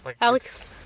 Alex